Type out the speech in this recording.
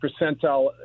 percentile